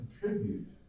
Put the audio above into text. contribute